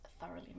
thoroughly